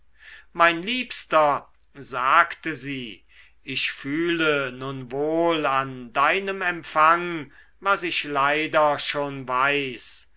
mein liebster sagte sie ich fühle nun wohl an deinem empfang was ich leider schon weiß